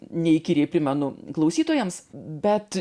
neįkyriai primenu klausytojams bet